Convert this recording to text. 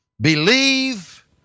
Believe